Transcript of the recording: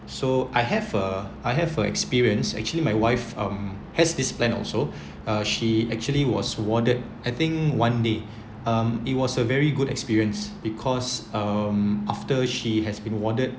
so I have a I have a experience actually my wife um has this plan also uh she actually was warded I think one day um it was a very good experience because um after she has been warded